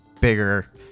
bigger